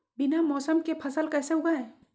बिना मौसम के फसल कैसे उगाएं?